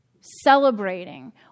celebrating